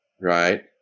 right